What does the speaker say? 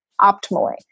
optimally